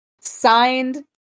signed